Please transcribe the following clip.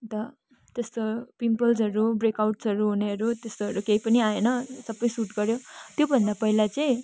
अन्त त्यस्तो पिम्पल्सहरू ब्रेकआउट्सहरू हुनेहरू त्यस्तोहरू केही पनि आएन सबै सुट गऱ्यो त्योभन्दा पहिला चाहिँ